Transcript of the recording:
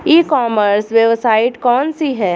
ई commerce website कौन सी है?